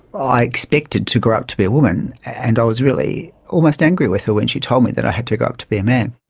i expected to grow up to be a woman, and i was really almost angry with her when she told me that i had to grow up to be a man.